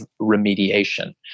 remediation